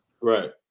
right